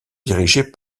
dirigées